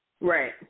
Right